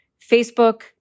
Facebook